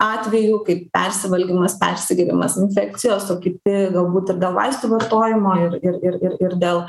atvejų kaip persivalgymas persigėrimas infekcijos o kiti galbūt ir dėl vaistų vartojimo ir ir ir ir ir dėl